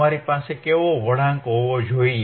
તમારી પાસે કેવો વળાંક હોવો જોઈએ